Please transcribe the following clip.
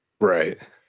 Right